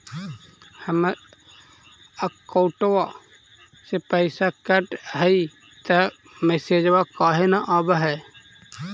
हमर अकौंटवा से पैसा कट हई त मैसेजवा काहे न आव है?